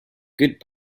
good